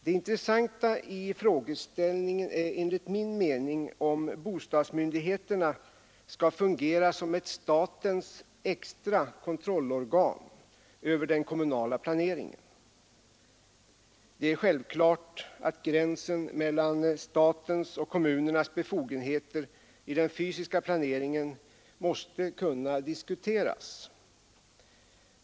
Det intressanta i frågeställningen är enligt min mening om bostadsmyndigheterna skall fungera som ett statens extra kontrollorgan över den kommunala planeringen. Det är självklart att gränsen mellan statens och kommunernas befogenheter i den fysiska planeringen måste kunna diskuteras.